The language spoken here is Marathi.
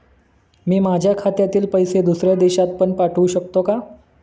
मी माझ्या खात्यातील पैसे दुसऱ्या देशात पण पाठवू शकतो का?